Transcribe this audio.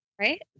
Right